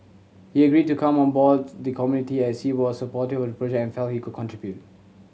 he agreed to come on boards the committee as he was supportive of the project and felt he could contribute